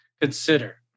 consider